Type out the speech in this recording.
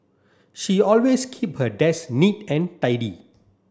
she always keep her desk neat and tidy